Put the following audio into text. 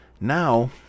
now